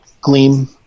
Gleam